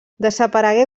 desaparegué